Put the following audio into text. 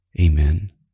Amen